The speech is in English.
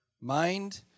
Mind